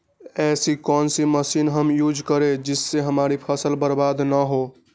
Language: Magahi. ऐसी कौन सी मशीन हम यूज करें जिससे हमारी फसल बर्बाद ना हो?